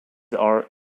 are